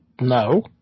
No